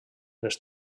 les